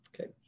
Okay